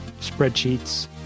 spreadsheets